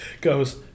goes